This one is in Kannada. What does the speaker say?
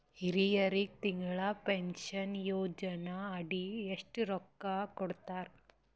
ಹಿರಿಯರಗ ತಿಂಗಳ ಪೀನಷನಯೋಜನ ಅಡಿ ಎಷ್ಟ ರೊಕ್ಕ ಕೊಡತಾರ?